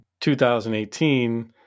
2018